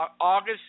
August